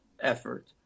effort